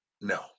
No